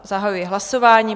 Zahajuji hlasování.